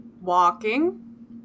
Walking